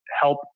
help